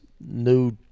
new